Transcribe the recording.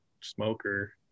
smoker